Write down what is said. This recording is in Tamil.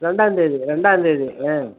ரெண்டாந்தேதி ரெண்டாந்தேதி ஆ